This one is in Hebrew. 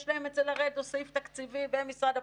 יש להם אצל לרדו סעיף תקציבי במשרד הפנים,